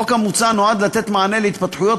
החוק המוצע נועד לתת מענה על התפתחויות